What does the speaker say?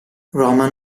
roman